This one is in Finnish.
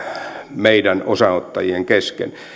meidän osanottajien kesken